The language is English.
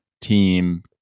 team